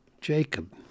Jacob